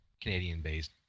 Canadian-based